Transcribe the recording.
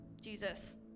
Jesus